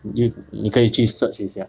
you 你可以去 search 一下